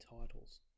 titles